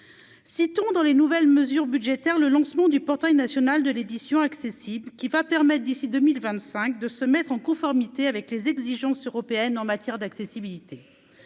si ton dans les nouvelles mesures budgétaires le lancement du portail national de l'édition accessible qui va permettre, d'ici 2025 de se mettre en conformité avec les exigences européennes en matière d'accessibilité,